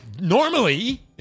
normally